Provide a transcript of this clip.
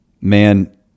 man